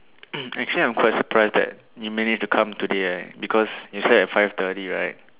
um actually I'm quite surprised that you managed to come today eh because you slept at five thirty right